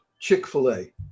Chick-fil-A